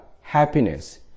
happiness